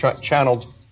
channeled